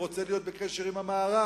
הוא רוצה להיות בקשר עם המערב.